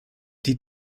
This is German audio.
die